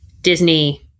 Disney